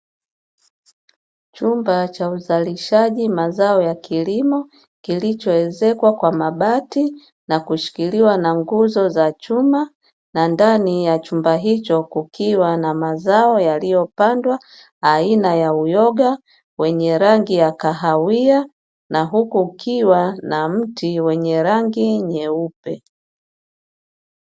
Chumba cha uzalishaji mazao ya kilimo kilichoezekwa kwa mabati nakushikiliwa na nguzo za chuma na ndani ya chumba hicho, kukiwa na mazao yaliyopandwa aina ya uyoga wenye rangi ya kahawia na huku ukiwa na mti wenye rangi nyeupe.